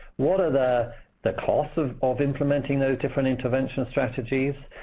what are the the costs of of implementing those different intervention strategies,